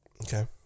Okay